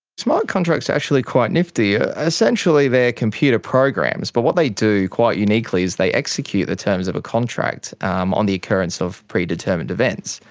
smart contracts are actually quite nifty. ah essentially they are computer programs, but what they do, quite uniquely, is they execute the terms of a contract um on the occurrence of predetermined events.